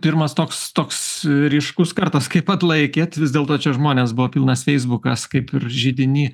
pirmas toks toks ryškus kartas kaip atlaikėt vis dėlto čia žmonės buvo pilnas feisbukas kaip ir židiny